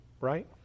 right